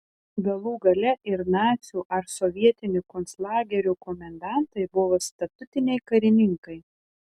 galų gale ir nacių ar sovietinių konclagerių komendantai buvo statutiniai karininkai